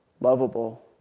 lovable